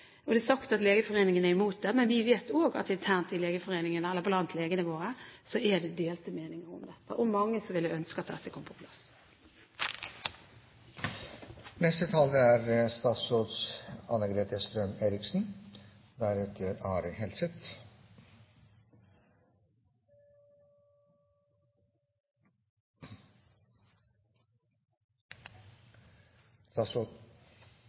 og det er sagt – at Legeforeningen er imot det, men vi vet også at det internt blant legene våre er delte meninger om dette. Og mange ville ønske at dette kom på